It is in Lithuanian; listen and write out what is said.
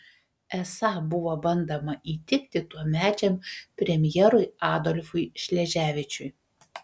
esą buvo bandoma įtikti tuomečiam premjerui adolfui šleževičiui